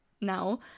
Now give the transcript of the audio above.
now